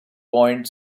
point